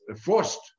forced